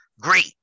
great